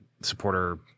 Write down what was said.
supporter